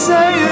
Say